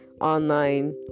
online